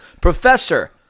Professor